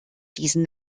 diesen